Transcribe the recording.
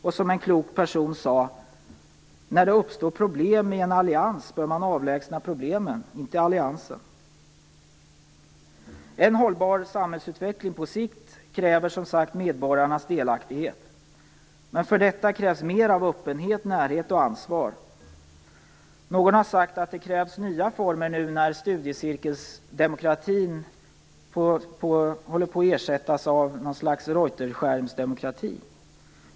Och som en klok person sade: När det uppstår problem i en allians bör man avlägsna problemen - inte alliansen. En hållbar samhällsutveckling på sikt kräver som sagt medborgarnas delaktighet. Men för detta krävs mer av öppenhet, närhet och ansvar. Någon har sagt att det krävs nya former nu när "studiecirkelsdemokratin" håller på att ersättas av något slags "Reuterskärmsdemokrati".